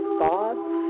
thoughts